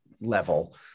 level